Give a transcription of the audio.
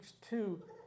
two